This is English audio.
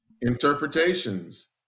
interpretations